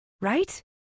right